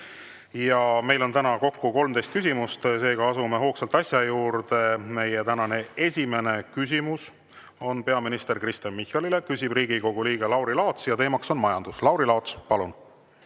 Meil on täna kokku 13 küsimust, seega asume hoogsalt asja juurde. Meie tänane esimene küsimus on peaminister Kristen Michalile, küsib Riigikogu liige Lauri Laats ja teema on majandus. Lauri Laats, palun!